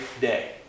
day